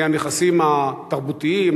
מהנכסים התרבותיים,